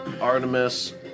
Artemis